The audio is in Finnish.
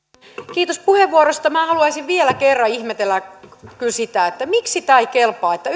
kiitos puheenvuorosta minä kyllä haluaisin vielä kerran ihmetellä sitä miksi tämä ei kelpaa että